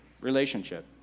Relationship